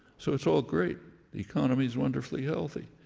so it's all great. the economy is wonderfully healthy.